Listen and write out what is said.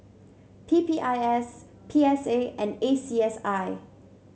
P P I S P S A and A C S I